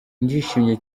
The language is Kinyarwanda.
ndishimye